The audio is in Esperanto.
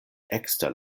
ekster